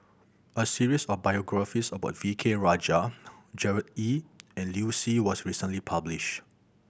a series of biographies about V K Rajah Gerard Ee and Liu Si was recently published